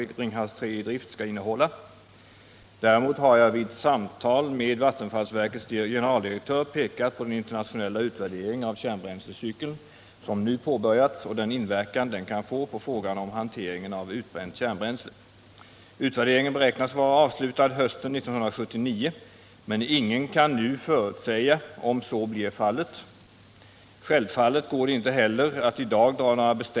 Enligt uppgifter i pressen har energiminister Johansson strax före nyår varit i telefonkontakt med Vattenfalls generaldirektör och förklarat att Vattenfall bör komplettera sin laddningsansökan för Ringhals 3 med en ansökan som bygger på alternativet direkt slutförvaring. Att så har skett har också bekräftats av vattenfallsverket och dess generaldirektör. 1.